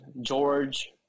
George